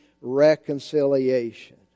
reconciliation